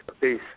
Peace